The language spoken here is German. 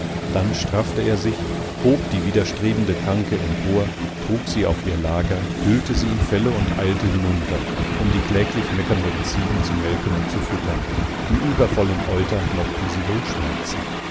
dann straffte er sich hob die widerstrebende kranke empor trug sie auf ihr lager hüllte sie in felle und eilte hinunter um die kläglich meckernden ziegen zu melken und zu füttern die übervollen euter mochten sie wohl schmerzen